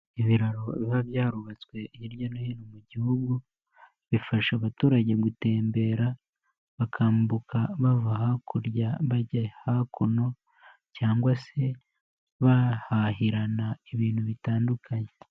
Ibiraro biba byarubatswe hirya no hino mu gihugu, bifasha abaturage gutembera, bakambuka bava hakurya bajya hakuno cyangwa se bahahirana ibintu bitandukanye.